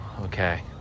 Okay